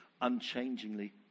unchangingly